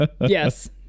Yes